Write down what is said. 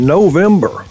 November